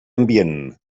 ambient